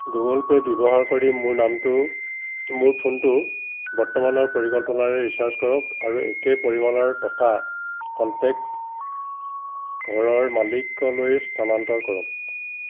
Google Pay ব্যৱহাৰ কৰি মোৰ নামটো মোৰ ফোনটো বৰ্তমানৰ পৰিকল্পনাৰে ৰিচাৰ্জ কৰক আৰু একে পৰিমাণৰ টকা কনটেক্ট ঘৰৰ মালিকলৈ স্থানান্তৰ কৰক